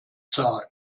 zahlen